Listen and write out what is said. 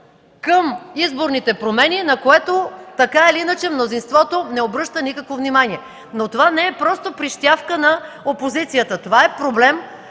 към изборните промени, на което мнозинството не обръща никакво внимание. То обаче не е просто прищявка на опозицията, а проблем,